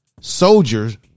soldiers